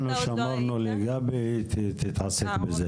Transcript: את זה שמרנו לגבי, היא תתעסק עם זה.